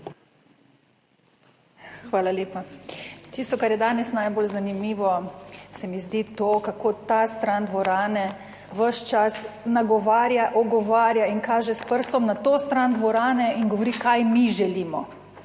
Hvala lepa. Tisto, kar je danes najbolj zanimivo se mi zdi to, kako ta stran dvorane ves čas nagovarja, ogovarja in kaže s prstom na to stran dvorane in govori, kaj mi želimo,